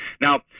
Now